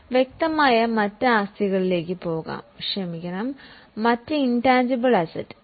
ഇപ്പോൾ മറ്റ് ഇൻറ്റാൻജിബിൾ അസറ്റുകളിലേക്ക് പോകാം